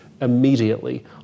immediately